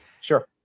Sure